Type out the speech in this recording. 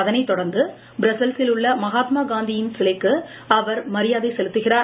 அதனைத் தொடர்ந்து பிரஸல்சில் உள்ள மகாத்மா காந்தியின் சிலைக்கு அவர் மரியாதை செலுத்துகிறார்